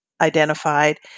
identified